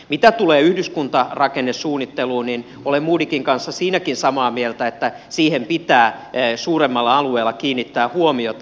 mitä tulee yhdyskuntarakennesuunnitteluun niin olen modigin kanssa siinäkin samaa mieltä että siihen pitää suuremmalla alueella kiinnittää huomiota